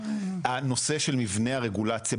הנושא של מבנה הרגולציה,